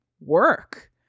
work